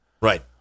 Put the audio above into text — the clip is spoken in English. Right